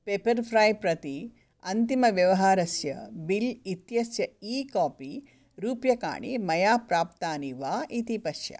पेप्पर्फ़ै प्रति अन्तिमव्यवहारस्य बिल् इत्यस्य ई कापी रूप्यकाणि मया प्राप्तानि वा इति पश्य